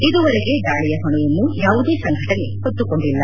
ಇದುವರೆಗೆ ದಾಳಿಯ ಹೊಣೆಯನ್ನು ಯಾವುದೇ ಸಂಘಟನೆ ಹೊತ್ತುಕೊಂಡಿಲ್ಲ